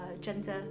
gender